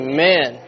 Amen